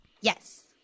Yes